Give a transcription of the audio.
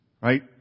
right